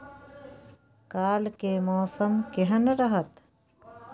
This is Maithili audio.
काल के मौसम केहन रहत?